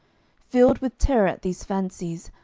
filled with terror at these fancies,